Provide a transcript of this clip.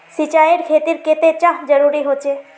सिंचाईर खेतिर केते चाँह जरुरी होचे?